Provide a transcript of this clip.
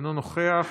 אינו נוכח,